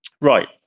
Right